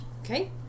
Okay